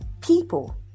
people